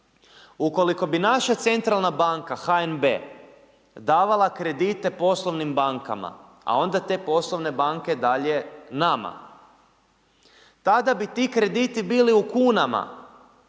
Ukoliko bi naša centralna banka HNB davala kredite poslovnim bankama a onda te poslovne banke dalje nama, tada bi ti krediti bili u kunama